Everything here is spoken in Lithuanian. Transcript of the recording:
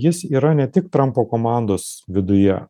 jis yra ne tik trampo komandos viduje